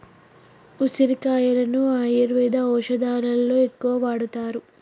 ఉసిరికాయలను ఆయుర్వేద ఔషదాలలో ఎక్కువగా వాడుతారు